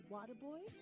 Waterboy